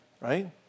right